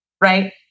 right